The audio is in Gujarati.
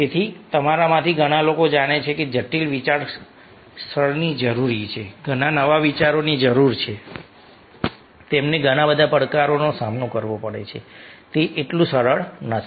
તેથી તમારામાંથી ઘણા લોકો જાણે છે કે જટિલ વિચારસરણી જરૂરી છે ઘણા નવા વિચારોની જરૂર છે તેમને ઘણા બધા પડકારોનો સામનો કરવો પડે છે તે એટલું સરળ નથી